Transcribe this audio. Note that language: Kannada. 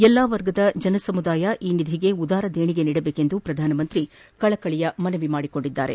ಎಲ್ಲಾ ವರ್ಗದ ಜನಸಮುದಾಯ ಈ ನಿಧಿಗೆ ಉದಾರ ದೇಣಿಗೆ ನೀಡಬೇಕೆಂದು ಪ್ರಧಾನಿ ಕಳಕಳಿಯ ಮನವಿ ಮಾಡಿದ್ದಾರೆ